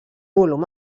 volum